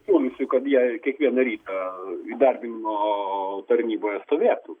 funkcijų kad jei kiekvieną rytą įdarbinimo tarnyboje stovėtų